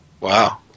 Wow